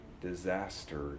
disaster